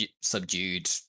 subdued